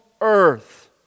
earth